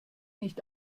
nicht